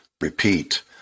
repeat